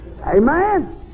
Amen